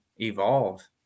evolve